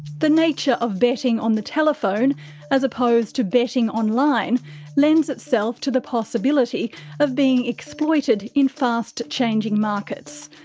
the nature of betting on the telephone as opposed to betting online lends itself to the possibility of being exploited in fast changing markets.